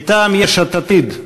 מטעם יש עתיד: